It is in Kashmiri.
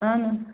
اہن حظ